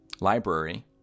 library